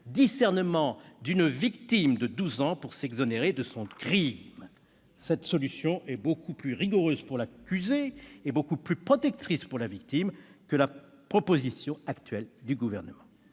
discernement d'une victime de douze ans pour s'exonérer de son crime. Cette solution est beaucoup plus rigoureuse pour l'accusé et beaucoup plus protectrice pour la victime que la proposition actuelle du Gouvernement.